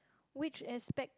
which aspect